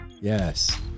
yes